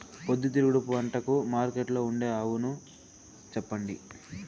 పొద్దుతిరుగుడు పంటకు మార్కెట్లో ఉండే అవును చెప్పండి?